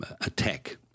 attack